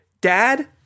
Dad